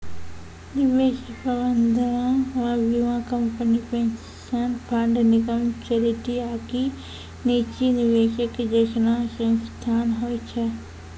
निवेश प्रबंधनो मे बीमा कंपनी, पेंशन फंड, निगम, चैरिटी आकि निजी निवेशक जैसनो संस्थान होय छै